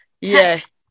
Yes